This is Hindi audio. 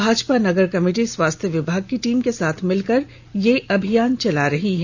भाजपा नगर कमेटी स्वास्थ्य विभाग की टीम के साथ मिलकर यह अभियान चला रही है